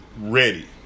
Ready